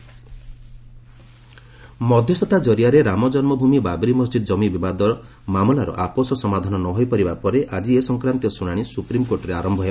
S Ayodhya ମଧ୍ୟସ୍ଥତା ଜରିଆରେ ରାମ ଜନ୍ମଭୂମି ବାବ୍ରି ମସ୍ଜିଦ୍ କମି ବିବାଦ ମାମଲାର ଆପୋଷ ସମାଧାନ ନ ହୋଇପାରିବା ପରେ ଆଜି ଏ ସଂକ୍ରାନ୍ତୀୟ ଶୁଣାଣି ସୁପ୍ରିମ୍କୋର୍ଟରେ ଆରମ୍ଭ ହେବ